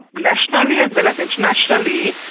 nationally as well as internationally,